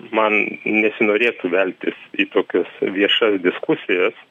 man nesinorėtų veltis į tokias viešas diskusijas